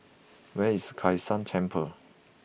where is Kai San Temple